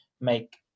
make